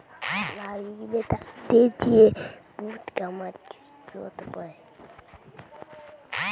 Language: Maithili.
भिंडी के गाछी के बीच में कमबै के लेल कोन मसीन छै ओकर कि नाम छी?